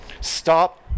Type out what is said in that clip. Stop